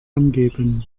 angeben